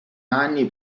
anni